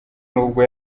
nubwo